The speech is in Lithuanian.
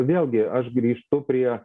vėlgi aš grįžtu prie